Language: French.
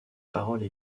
paroles